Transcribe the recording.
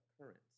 occurrence